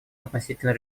относительно